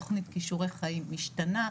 תוכנית כישורי חיים משתנה,